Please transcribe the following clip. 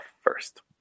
first